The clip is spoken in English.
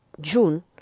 June